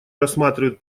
рассматривают